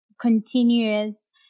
continuous